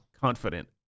confident